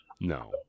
No